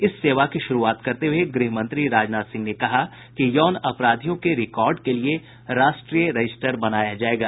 इस सेवा की शुरूआत करते हुये गृह मंत्री राजनाथ सिंह ने कहा कि यौन अपराधियों के रिकॉर्ड के लिये राष्ट्रीय रजिस्टर बनाया जायेगा